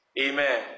Amen